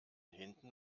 hinten